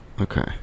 Okay